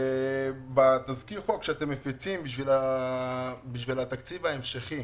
בתזכיר החוק שאתם מפיצים לתקציב ההמשכי,